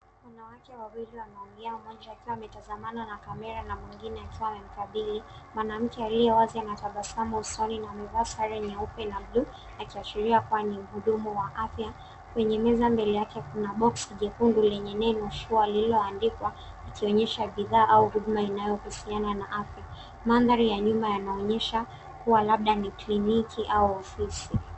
Wanawake wawili wanaongea, mmoja akiwa anatazamana na kamera, na mwingine akiwa amemkabidhi. Mwanamke aliye wazi ana tabasamu usoni na amevaa sare nyeupe na blue , akiashiria kua ni mhudumu wa afya. Kwenye meza mbele yake kuna boxi nyekundu lenye neno sure , lililoandikwa. Likionyesha bidhaa au huduma inayohusiana na afya. Mandhari ya nyuma yanaonyesha kua labda ni kliniki au ofisi.